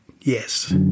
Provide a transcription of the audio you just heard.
yes